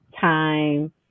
time